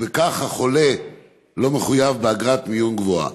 וכך החולה לא מחויב באגרת מיון גבוהה.